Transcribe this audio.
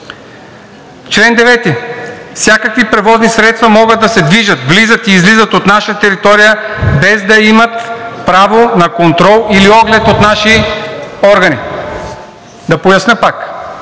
Чл. 9. Всякакви превозни средства могат да се движат, влизат и излизат от наша територия, без да имат право на контрол или оглед от наши органи.“ Да поясня пак,